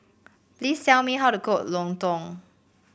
please tell me how to cook lontong